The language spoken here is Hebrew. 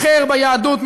טוב.